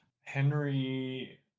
Henry